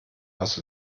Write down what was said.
was